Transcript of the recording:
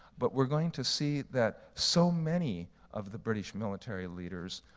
but we're going to see that so many of the british military leaders,